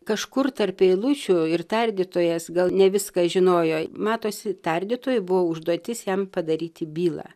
kažkur tarp eilučių ir tardytojas gal ne viską žinojo matosi tardytojui buvo užduotis jam padaryti bylą